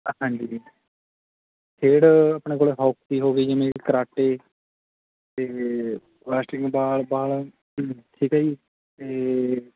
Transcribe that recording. ਹਾਂਜੀ ਜੀ ਖੇਡ ਆਪਣੇ ਕੋਲ ਹੋਕੀ ਹੋ ਗਈ ਜਿਵੇਂ ਕਿ ਕਰਾਟੇ ਅਤੇ ਬਾਸਟਿੰਗਬਾਲ ਬਾਲ ਠੀਕ ਹੈ ਜੀ ਅਤੇ